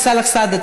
סאלח סעד,